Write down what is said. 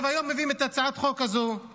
היום מביאים את הצעת החוק הזאת כדי